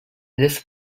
this